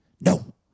no